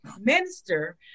Minister